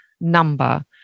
number